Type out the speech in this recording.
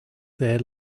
there